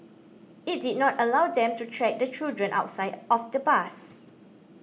it did not allow them to track the children outside of the bus